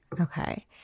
Okay